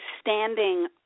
standing